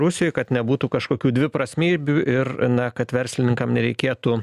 rusijoj kad nebūtų kažkokių dviprasmybių ir na kad verslininkam nereikėtų